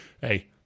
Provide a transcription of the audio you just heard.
hey